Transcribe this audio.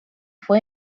fue